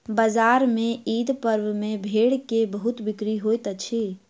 बजार में ईद पर्व में भेड़ के बहुत बिक्री होइत अछि